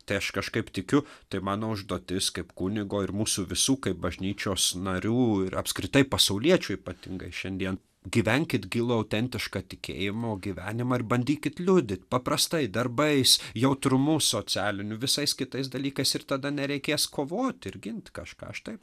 tai aš kažkaip tikiu tai mano užduotis kaip kunigo ir mūsų visų kaip bažnyčios narių ir apskritai pasauliečių ypatingai šiandien gyvenkit gilų autentišką tikėjimo gyvenimą ir bandykit liudyt paprastai darbais jautrumu socialiniu visais kitais dalykais ir tada nereikės kovoti ir gint kažką aš taip